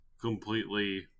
completely